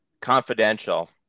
Confidential